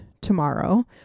tomorrow